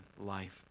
life